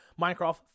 Minecraft